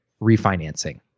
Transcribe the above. refinancing